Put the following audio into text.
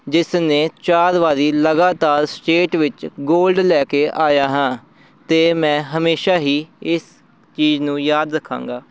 ਜਿਸ ਨੇ ਚਾਰ ਵਾਰ ਲਗਾਤਾਰ ਸਟੇਟ ਵਿੱਚ ਗੋਲਡ ਲੈ ਕੇ ਆਇਆ ਹਾਂ ਅਤੇ ਮੈਂ ਹਮੇਸ਼ਾ ਹੀ ਇਸ ਚੀਜ਼ ਨੂੰ ਯਾਦ ਰੱਖਾਂਗਾ